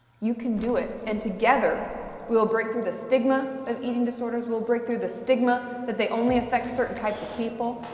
you can do it. and together we will break through the stigma of eating disorders, we will break through the stigma that they only affect certain types of people,